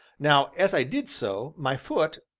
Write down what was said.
now, as i did so, my foot,